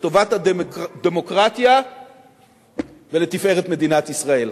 לטובת הדמוקרטיה ולתפארת מדינת ישראל.